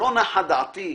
שלא נחה דעתי,